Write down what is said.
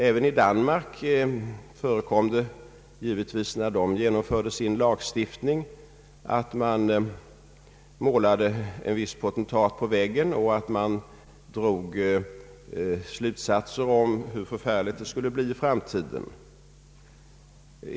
även i Danmark förekom givetvis när lagstiftningen genomfördes att man målade en viss potentat på väggen och att man drog slutsatser om hur förfärligt det skulle bli i framtiden.